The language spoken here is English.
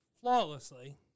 flawlessly